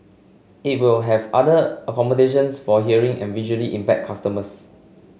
it will have other accommodations for hearing and visually impaired customers